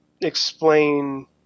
explain